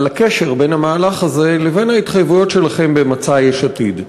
על הקשר בין המהלך הזה לבין ההתחייבויות שלכם במצע יש עתיד.